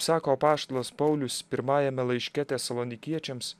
sako apaštalas paulius pirmajame laiške tesalonikiečiams